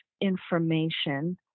information